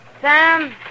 Sam